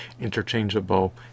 interchangeable